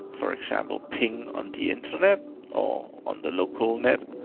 for example, ping on the internet or on the local net.